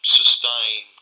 sustain